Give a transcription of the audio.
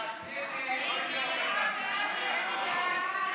ממלכתי (תיקון, שלילת השתתפות בתקציב עקב הפליה),